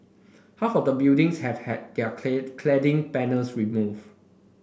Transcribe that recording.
half of the buildings have had their clad cladding panels removed